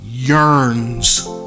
yearns